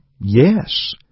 Yes